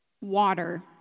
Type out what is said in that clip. water